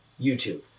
YouTube